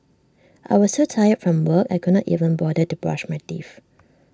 I was so tired from work I could not even bother to brush my teeth